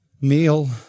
meal